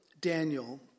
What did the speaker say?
Daniel